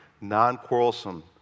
non-quarrelsome